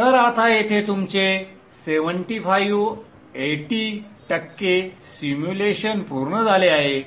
तर आता येथे तुमचे 75 80 टक्के सिम्युलेशन पूर्ण झाले आहे